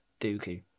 Dooku